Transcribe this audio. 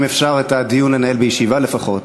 אם אפשר את הדיון לנהל בישיבה לפחות,